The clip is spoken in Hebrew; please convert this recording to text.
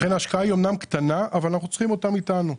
לכן ההשקעה היא אמנם קטנה אבל אנחנו צריכים אותם איתנו.